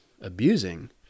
abusing